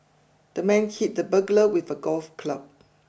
the man hit the burglar with a golf club